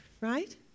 right